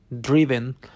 driven